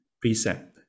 precept